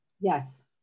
Yes